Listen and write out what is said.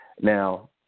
Now